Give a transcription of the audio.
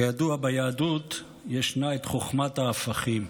כידוע, ביהדות ישנה חוכמת ההפכים: